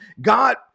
God